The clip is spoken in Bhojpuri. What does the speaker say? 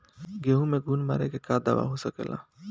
गेहूँ में घुन मारे के का दवा हो सकेला?